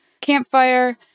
campfire